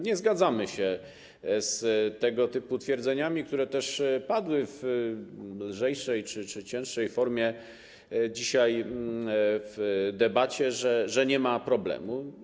Nie zgadzamy się z tego typu twierdzeniami, które padły w lżejszej czy cięższej formie dzisiaj w debacie, że nie ma problemu.